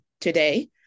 today